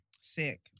Sick